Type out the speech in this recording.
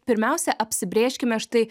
pirmiausia apsibrėžkime štai